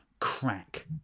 crack